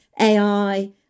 AI